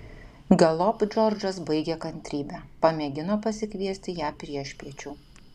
galop džordžas baigė kantrybę pamėgino pasikviesti ją priešpiečių